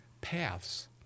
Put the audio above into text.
paths